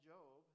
Job